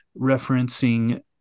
referencing